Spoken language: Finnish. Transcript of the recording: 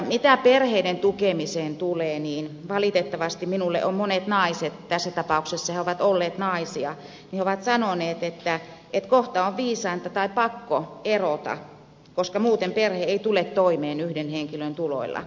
mitä perheiden tukemiseen tulee niin valitettavasti minulle ovat monet naiset tässä tapauksessa he ovat olleet naisia sanoneet että kohta on viisainta tai pakko erota koska muuten perhe ei tule toimeen yhden henkilön tuloilla